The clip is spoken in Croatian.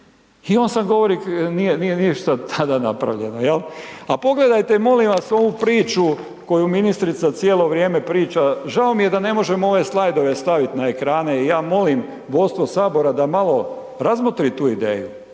I on sad govori nije ništa tada napravljeno, je li? A pogledajte, molim vas, ovu priču koju ministrica cijelo vrijeme priča. Žao mi je da ne možemo ove slajdove staviti na ekrane i ja molim vodstvo Sabora da malo razmotri tu ideju.